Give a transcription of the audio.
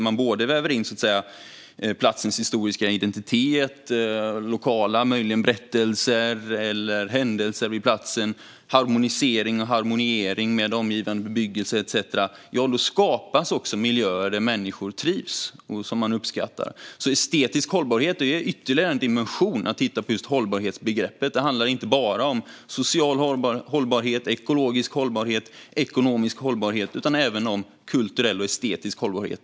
Man väver alltså in platsens historiska identitet och lokala berättelser eller händelser och skapar harmoni med omgivande bebyggelse etcetera. Då skapas miljöer där människor trivs och som människor uppskattar. Estetisk hållbarhet är ytterligare en dimension när det gäller att titta på hållbarhetsbegreppet. Det handlar inte bara om social hållbarhet, ekologisk hållbarhet och ekonomisk hållbarhet utan även om kulturell och estetisk hållbarhet.